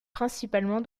principalement